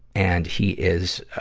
and he is, ah,